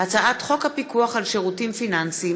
הצעת חוק הפיקוח על שירותים פיננסיים